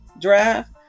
draft